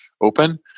open